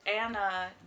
Anna